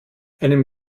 einem